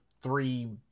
three